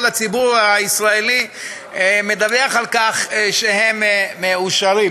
הציבור הישראלי מדווחים שהם מאושרים.